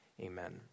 Amen